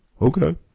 Okay